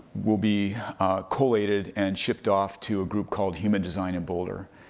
will be collated and shipped off to a group called human design in boulder.